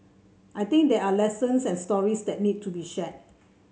I think there are lessons and stories that need to be shared